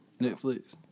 Netflix